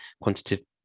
quantitative